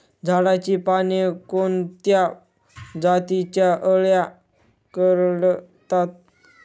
झाडाची पाने कोणत्या जातीच्या अळ्या कुरडतात?